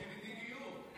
מדיניות.